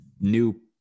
new